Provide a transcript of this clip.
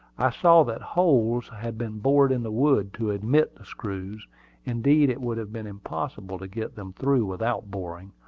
i saw that holes had been bored in the wood to admit the screws indeed, it would have been impossible to get them through without boring.